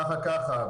ככה-ככה.